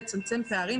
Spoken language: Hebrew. לצמצם פערים,